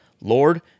Lord